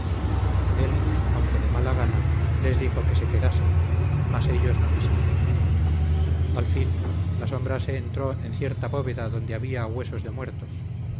él aunque de mala gana les dijo que se quedasen mas ellos no quisieron al fin la sombra se entró en cierta bóveda donde había huesos de muertos